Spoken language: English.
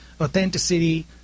authenticity